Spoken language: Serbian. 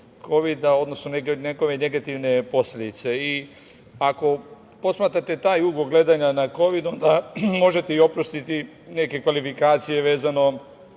odnosno njegove negativne posledice. Ako posmatrate taj ugao gledanja na kovid, onda možete i oprostiti neke kvalifikacije vezano